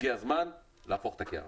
הגיע הזמן להופך את הקערה.